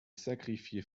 sacrifié